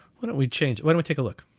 why don't we change? why don't we take a look,